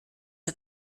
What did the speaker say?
der